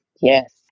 Yes